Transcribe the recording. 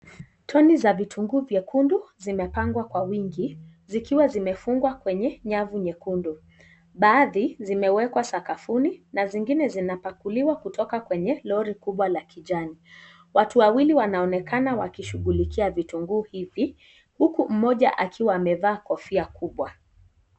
Toni za vitunguu vyekundu zimepangwa kwa wingi zikiwa zimefungwa kwenye nyavu nyekundu. Baadhi zimewekwa sakafuni na zingine zinapakuliwa kutoka kwenye lori kubwa la kijani. Watu wawili wanaonekana wakishughulikia vitunguu hivi, huku mmoja akiwa amevaa kofia kubwa.